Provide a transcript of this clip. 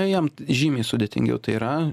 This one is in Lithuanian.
jam žymiai sudėtingiau tai yra